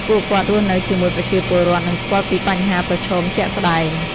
ពួកគាត់រស់នៅជាមួយប្រជាពលរដ្ឋ និងស្គាល់ពីបញ្ហាប្រឈមជាក់ស្ដែង។